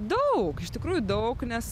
daug iš tikrųjų daug nes